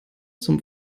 zum